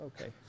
Okay